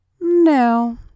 No